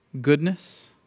Goodness